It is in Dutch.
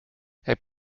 heb